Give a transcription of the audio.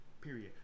period